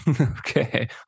Okay